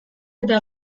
eta